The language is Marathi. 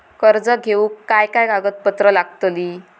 कर्ज घेऊक काय काय कागदपत्र लागतली?